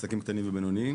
לעסקים קטנים ובינוניים.